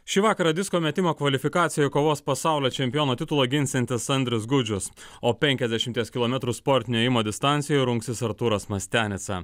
šį vakarą disko metimo kvalifikacijoje kovos pasaulio čempiono titulą ginsiantis andrius gudžius o penkiasdešimties kilometrų sportinio ėjimo distancijoje rungsis arturas mastianica